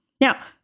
Now